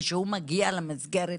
כשהוא מגיע למסגרת,